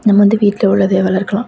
நம்ம வந்து வீட்டில் உள்ளதை வளர்க்கலாம்